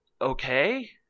okay